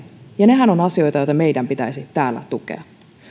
ja nehän ovat asioita joita meidän pitäisi täällä tukea minä